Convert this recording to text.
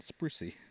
Sprucey